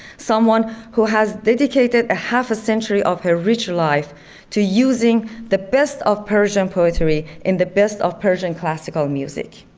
someone who has dedicated a half a century of her rich life to using the best of persian poetry in the best of persian classical music.